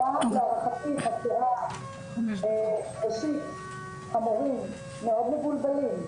המורים מאוד מבולבלים,